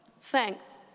Thanks